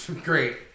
Great